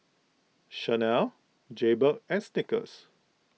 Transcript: Chanel Jaybird and Snickers